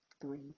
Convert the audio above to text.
Three